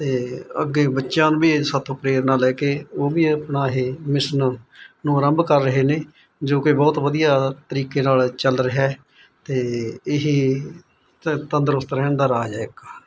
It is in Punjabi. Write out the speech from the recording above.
ਤੇ ਅੱਗੇ ਬੱਚਿਆਂ ਨੂੰ ਵੀ ਸਾਤੋਂ ਪ੍ਰੇਰਨਾ ਲੈ ਕੇ ਉਹ ਵੀ ਆਪਣਾ ਇਹ ਮਿਸ਼ਨ ਨੂੰ ਆਰੰਭ ਕਰ ਰਹੇ ਨੇ ਜੋ ਕਿ ਬਹੁਤ ਵਧੀਆ ਤਰੀਕੇ ਨਾਲ ਚੱਲ ਰਿਹਾ ਤੇ ਇਹ ਤੰਦਰੁਸਤ ਰਹਿਣ ਦਾ ਰਾਜ ਹੈ ਇੱਕ